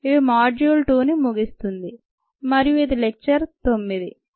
ఇది మాడ్యూల్ 2 ని ముగిస్తుంది మరియు ఇది లెక్చర్ 9